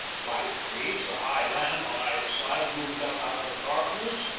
by degrees the high land on either side loomed up out of the darkness,